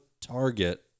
target